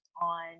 on